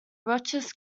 roche